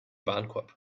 warenkorb